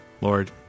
Lord